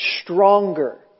stronger